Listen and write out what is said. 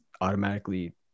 automatically